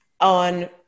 on